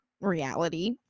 reality